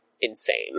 insane